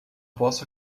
posso